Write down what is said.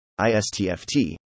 ISTFT